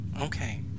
Okay